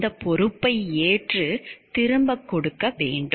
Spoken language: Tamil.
அந்த பொறுப்பை ஏற்று திரும்ப கொடுக்க வேண்டும்